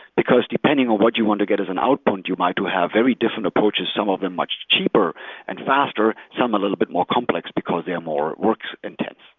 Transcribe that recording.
because depending on what you want to get as an output, you want to have very different approaches, some of them much cheaper and faster, some a little bit more complex, because they are more work-intense.